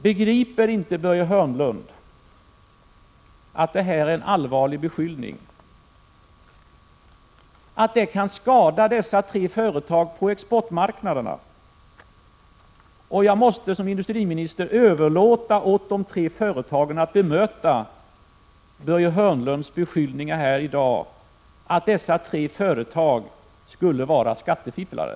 Begriper inte Börje Hörnlund att detta är en allvarlig beskyllning, som kan skada dessa tre företag på exportmarknaderna? Jag måste som industriminister överlåta åt de tre företagen att bemöta Börje Hörnlunds beskyllning här i dag — att dessa tre företag skulle vara skattefifflare.